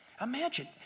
Imagine